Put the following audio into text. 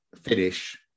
finish